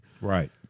Right